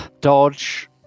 Dodge